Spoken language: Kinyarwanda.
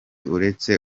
uretse